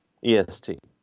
EST